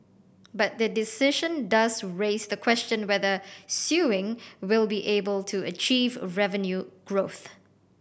but the decision does raise the question whether Sewing will be able to achieve revenue growth